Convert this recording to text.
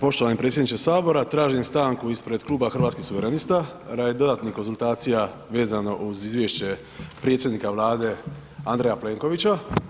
Poštovani predsjedniče HS, tražim stanku ispred Kluba hrvatskih suverenista radi dodatnih konzultacija vezano uz izvješće predsjednika Vlade Andreja Plenkovića.